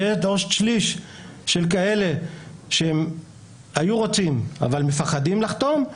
יש עוד שליש של כאלה שהיו רוצים אבל הם מפחדים לחתום,